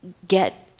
get